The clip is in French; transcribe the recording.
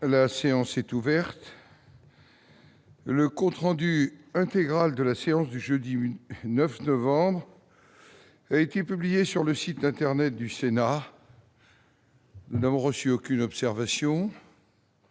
La séance est ouverte. Le compte rendu intégral de la séance du jeudi 9 novembre 2017 a été publié sur le site internet du Sénat. Il n'y a pas d'observation